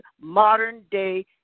modern-day